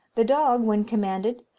the dog, when commanded,